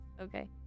Okay